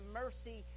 mercy